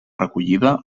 recollida